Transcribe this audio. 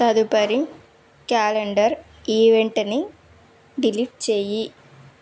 తదుపరి క్యాలెండర్ ఈవెంట్ని డిలీట్ చేయి